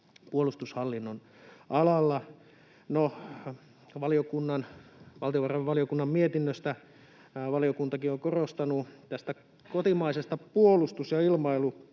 puolustushallinnon alalla. No, valtiovarainvaliokunnan mietinnöstä: Valiokuntakin on korostanut kotimaisessa puolustus‑ ja ilmailuteollisuudessa,